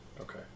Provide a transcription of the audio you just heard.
Okay